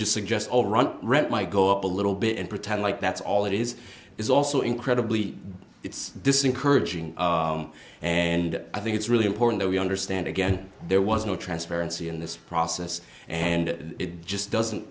just suggest rent might go up a little bit and pretend like that's all it is is also incredibly it's this encouraging and i think it's really important that we understand again there was no transparency in this process and it just doesn't